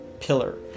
pillar